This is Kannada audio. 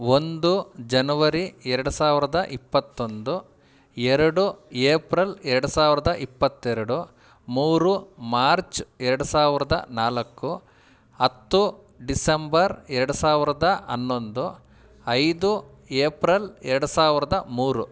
ಒಂದು ಜನವರಿ ಎರಡು ಸಾವಿರದ ಇಪ್ಪತ್ತೊಂದು ಎರಡು ಏಪ್ರಲ್ ಎರಡು ಸಾವಿರದ ಇಪ್ಪತ್ತೆರಡು ಮೂರು ಮಾರ್ಚ್ ಎರಡು ಸಾವಿರದ ನಾಲ್ಕು ಹತ್ತು ಡಿಸೆಂಬರ್ ಎರಡು ಸಾವಿರದ ಹನ್ನೊಂದು ಐದು ಏಪ್ರಲ್ ಎರಡು ಸಾವಿರದ ಮೂರು